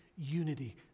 unity